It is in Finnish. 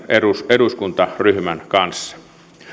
eduskuntaryhmän kanssa